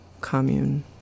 commune